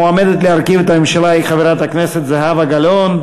המועמדת להרכיב את הממשלה היא חברת הכנסת זהבה גלאון.